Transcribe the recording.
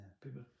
people